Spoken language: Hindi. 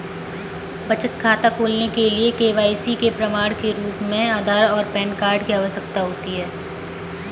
बचत खाता खोलने के लिए के.वाई.सी के प्रमाण के रूप में आधार और पैन कार्ड की आवश्यकता होती है